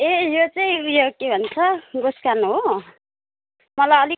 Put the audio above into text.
ए यो चाहिँ ऊ यो के भन्छ गोसखान हो मलाई अलिक